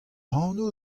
anv